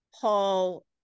Paul